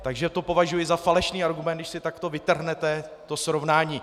Takže to považuji za falešný argument, když si takto vytrhnete to srovnání.